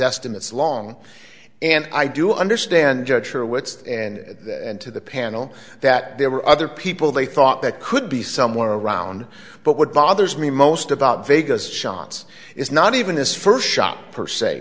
estimates long and i do understand judge your wits and to the panel that there were other people they thought that could be somewhere around but what bothers me most about vegas shots is not even this first shot per se